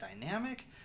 dynamic